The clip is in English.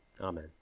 Amen